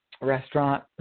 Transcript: restaurant